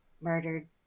murdered